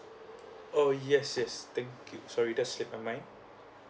oh yes yes thank you sorry that slip my mind